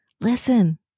listen